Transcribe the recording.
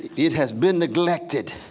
it has been neglected,